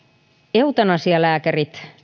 eutanasialääkärit